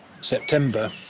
September